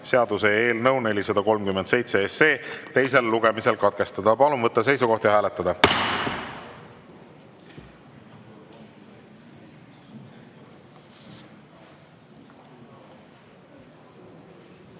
seaduse eelnõu 437 teisel lugemisel katkestada. Palun võtta seisukoht ja hääletada!